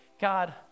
God